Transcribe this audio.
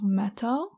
metal